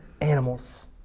animals